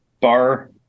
bar